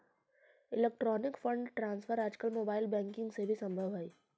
electronic fund transfer आजकल mobile banking से भी संभव हइ